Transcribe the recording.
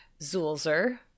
Zulzer